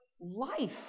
life